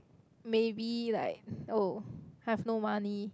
maybe like oh have no money